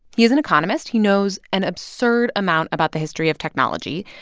he is an economist. he knows an absurd amount about the history of technology.